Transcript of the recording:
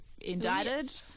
indicted